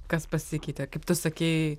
kas pasikeitė kaip tu sakei